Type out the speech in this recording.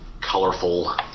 colorful